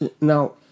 now